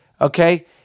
okay